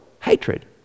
hatred